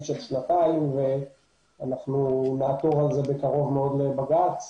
של שנתיים ואנחנו נעתור על זה בקרוב מאוד לבג"ץ.